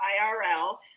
IRL